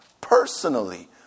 personally